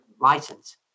license